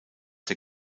der